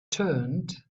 turned